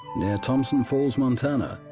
near thompson falls, montana,